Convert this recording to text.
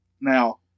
Now